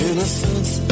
Innocence